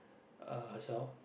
uh herself